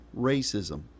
racism